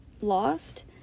lost